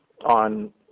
on